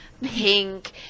pink